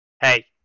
hey